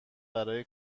برای